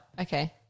okay